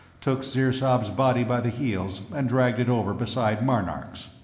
took sirzob's body by the heels, and dragged it over beside marnark's.